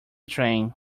train